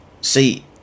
see